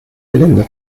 geländer